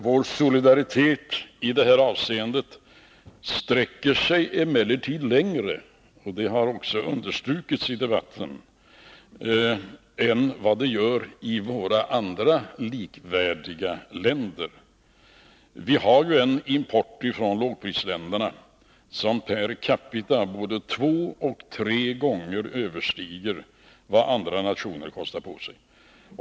Vår solidaritet i detta avseende sträcker sig emellertid längre — det har också understrukits i debatten — än vad den gör i andra likvärdiga länder. Vi har ju en import från lågprisländerna som per capita både två och tre gånger överstiger vad andra nationer kostar på sig.